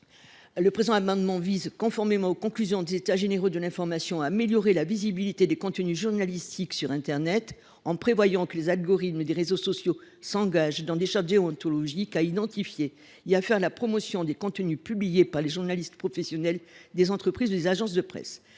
nous entendons, conformément aux conclusions des États généraux de l’information, améliorer la visibilité des contenus journalistiques sur internet. Nous prévoyons ainsi que les algorithmes des réseaux sociaux s’engagent, en vertu de chartes déontologiques, à identifier les contenus publiés par des journalistes professionnels, des entreprises ou des agences de presse,